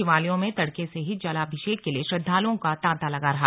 शिवालयों में तड़के से ही जलाभिषेक के लिए श्रद्दालुओं का तांता लगा रहा